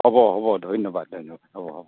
হ'ব হ'ব ধন্যবাদ ধন্যবাদ হ'ব হ'ব